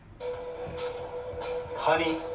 Honey